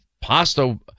pasta